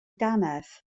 dannedd